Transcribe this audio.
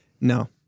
No